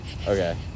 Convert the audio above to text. Okay